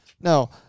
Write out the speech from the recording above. No